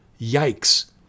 Yikes